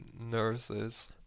nurses